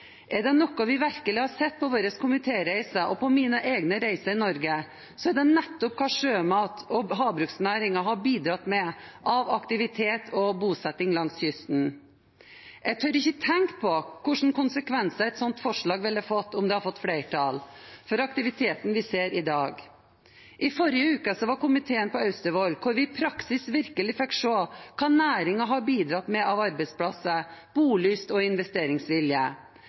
Er det noe vi virkelig har sett på våre komitéreiser, og på mine egne reiser i Norge, er det nettopp hva sjømat- og havbruksnæringen har bidratt med av aktivitet og bosetting langs kysten. Jeg tør ikke tenke på hvilke konsekvenser et slikt forslag ville fått for aktiviteten vi ser i dag, om det hadde fått flertall. I forrige uke var komiteen på Austevoll hvor vi i praksis virkelig fikk se hva næringen har bidratt med av arbeidsplasser, bolyst og investeringsvilje.